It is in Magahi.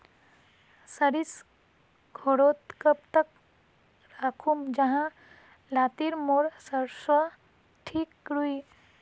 सरिस घोरोत कब तक राखुम जाहा लात्तिर मोर सरोसा ठिक रुई?